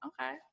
Okay